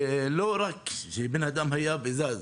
זה לא רק שבן אדם היה וזז.